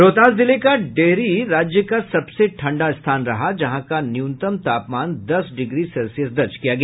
रोहतास जिला का डेहरी राज्य का सबसे ठंडा स्थान रहा जहां का न्यूनतम तापमान दस डिग्री सेल्सियस दर्ज किया गया